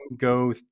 go